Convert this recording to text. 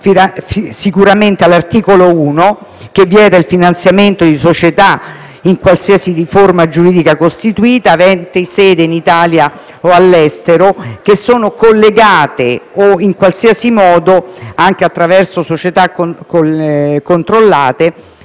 forza all'articolo 1 che vieta il finanziamento di società, in qualsiasi forma giuridica costituite, aventi sede in Italia o all'estero, che siano collegate in qualsiasi modo, anche attraverso società controllate,